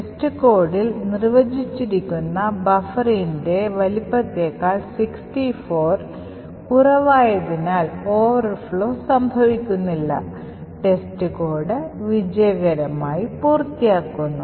test കോഡിൽ നിർവചിച്ചിരിക്കുന്ന ബഫറിന്റെ വലുപ്പത്തേക്കാൾ 64 കുറവായതിനാൽ ഓവർഫ്ലോ സംഭവിക്കുന്നില്ല ടെസ്റ്റ് കോഡ് വിജയകരമായി പൂർത്തിയാക്കുന്നു